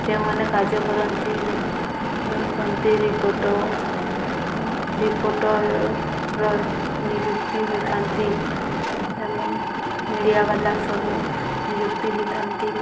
ଯେଉଁମାନେ କାର୍ଯ୍ୟ କରନ୍ତି କରନ୍ତି ରିପୋର୍ଟର ରିପୋର୍ଟରର ନିଯୁକ୍ତି ହୋଇଥାନ୍ତି ଏବଂ ମିଡ଼ିଆ ବାଲା ସବୁ ନିଯୁକ୍ତି ହୋଇଥାନ୍ତି